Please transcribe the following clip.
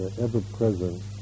ever-present